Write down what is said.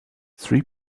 three